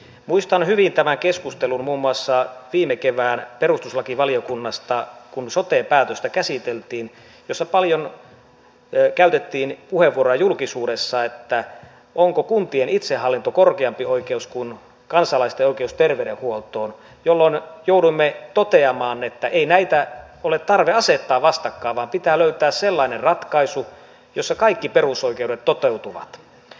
muistan hyvin muun muassa keskustelun viime kevään perustuslakivaliokunnasta kun sote päätöstä käsiteltiin jossa paljon käytettiin puheenvuoroja julkisuudessa siitä onko kuntien itsehallinto korkeampi oikeus kuin kansalaisten oikeus terveydenhuoltoon jolloin jouduimme toteamaan että ei näitä ole tarve asettaa vastakkain vaan pitää löytää sellainen ratkaisu jossa kaikki perusoikeudet toteutuvat